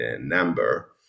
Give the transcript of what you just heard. number